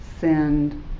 send